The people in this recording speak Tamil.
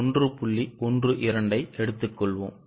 12 ஐ எடுத்துக்கொள்வோம்